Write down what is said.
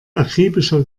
akribischer